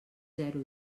zero